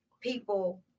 people